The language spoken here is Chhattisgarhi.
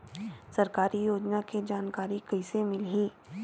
सरकारी योजना के जानकारी कइसे मिलही?